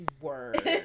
Word